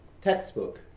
textbook